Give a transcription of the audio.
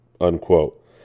Unquote